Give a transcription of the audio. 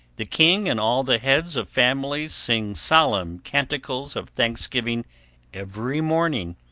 the king and all the heads of families sing solemn canticles of thanksgiving every morning,